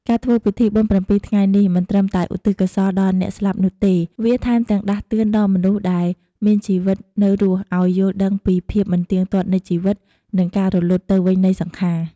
ការធ្វើពិធីបុណ្យប្រាំពីរថ្ងៃនេះ មិនត្រឹមតែឧទ្ទិសកុសលដល់អ្នកស្លាប់នោះទេ វាថែមទាំងដាស់តឿនដល់មនុស្សដែលមានជីវិតនៅរស់ឲ្យយល់ដឹងពីភាពមិនទៀងទាត់នៃជីវិត និង ការរលត់ទៅវិញនៃសង្ខារ។